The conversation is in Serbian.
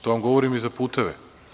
To vam govorim i za puteve.